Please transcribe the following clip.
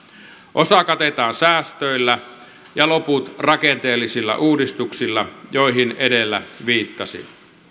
osa katetaan säästöillä ja loput rakenteellisilla uudistuksilla joihin edellä viittasin